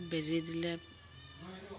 বেজী দিলে